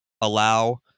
allow